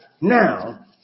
Now